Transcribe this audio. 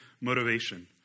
motivation